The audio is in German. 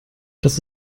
das